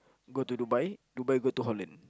go to Dubai Dubai go to Holland